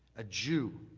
a jew